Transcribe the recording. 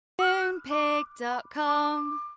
Moonpig.com